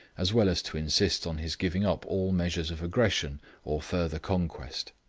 as well as to insist on his giving up all measures of aggression or further conquest.